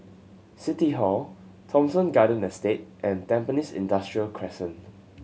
City Hall Thomson Garden Estate and Tampines Industrial Crescent